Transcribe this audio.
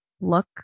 look